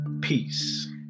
Peace